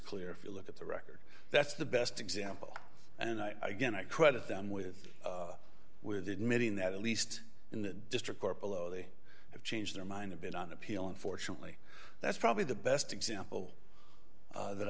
clear if you look at the record that's the best example and i again i credit them with with admitting that at least in the district court below they have changed their mind a bit on appeal unfortunately that's probably the best example that